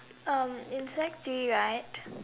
um in sec three right